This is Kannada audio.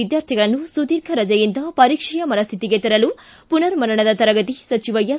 ವಿದ್ಯಾರ್ಥಿಗಳನ್ನು ಸುದೀರ್ಘ ರಜೆಯಿಂದ ಪರೀಕ್ಷೆಯ ಮನಸ್ಟಿತಿಗೆ ತರಲು ಪುನರ್ ಮನನದ ತರಗತಿ ಸಚಿವ ಎಸ್